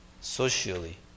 socially